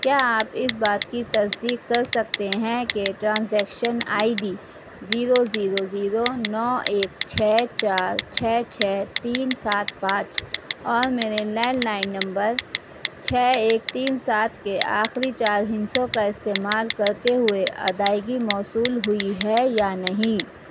کیا آپ اس بات کی تصدیق کر سکتے ہیں کہ transaction I D zero zero zero نو ایک چھ چار چھ چھ تین سات پانچ اور میرے لینڈ لائن نمبر چھ ایک تین سات کے آخری چار ہندسوں کا استعمال کرتے ہوئے ادائیگی موصول ہوئی ہے یا نہیں